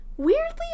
Weirdly